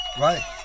Right